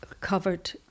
covered